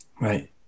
Right